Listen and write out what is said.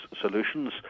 solutions